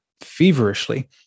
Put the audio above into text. feverishly